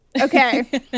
okay